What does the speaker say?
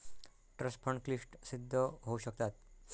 trust fund क्लिष्ट सिद्ध होऊ शकतात